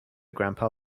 grandpa